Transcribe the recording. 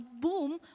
boom